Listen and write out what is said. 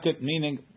meaning